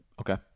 Okay